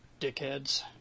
dickheads